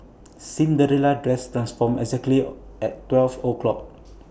Cinderella's dress transformed exactly at twelve o'clock